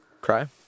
cry